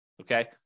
Okay